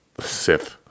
Sith –